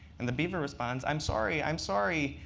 and the beaver responds, i'm sorry. i'm sorry.